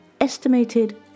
estimated